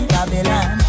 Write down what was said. Babylon